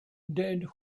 dead